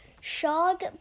shog